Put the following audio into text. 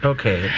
Okay